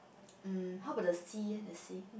um how about the sea eh the sea